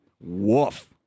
Woof